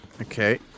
Okay